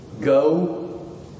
go